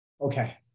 okay